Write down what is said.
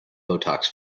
botox